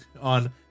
on